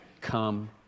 come